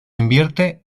invierte